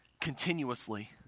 continuously